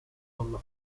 dalla